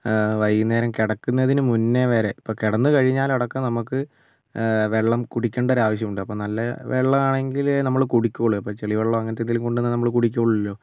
വൈകുന്നേരം കിടക്കുന്നതിന് മുന്നേ വരെ ഇപ്പം കിടന്നു കഴിഞ്ഞാലടക്കം നമ്മൾക്ക് വെള്ളം കുടിക്കേണ്ട ഒരാവശ്യം ഉണ്ട് അപ്പം നല്ല വെള്ളമാണെങ്കിലേ നമ്മൾ കുടിക്കുകയുള്ളൂ അപ്പോൾ ചളിവെള്ളമോ അങ്ങനത്തെ എന്തെങ്കിലും കൊണ്ടുവന്നാൽ നമ്മൾ കുടിക്കില്ലല്ലോ